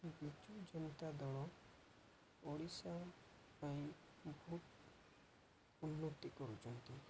ବିଜୁ ଜନତା ଦଳ ଓଡ଼ିଶା ପାଇଁ ବହୁତ ଉନ୍ନତି କରୁଛନ୍ତି